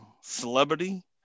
celebrity